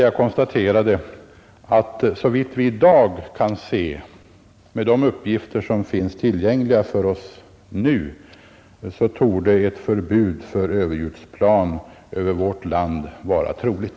Jag konstaterade att såvitt vi i dag kan se, med de uppgifter som nu finns tillgängliga för oss, torde ett förbud mot överljudsplan över vårt land vara troligt.